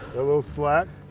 a little slack.